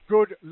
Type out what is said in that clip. Good